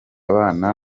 bana